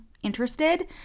Interested